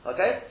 Okay